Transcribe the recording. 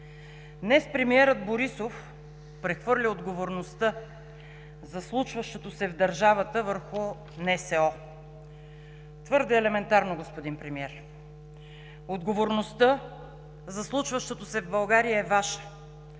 Днес премиерът Борисов прехвърли отговорността за случващото се в държавата върху НСО. Твърде елементарно, господин Премиер! Отговорността за случващото се в България е Ваша!